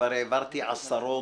וכבר העברתי עשרות,